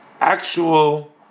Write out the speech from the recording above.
actual